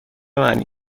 معنی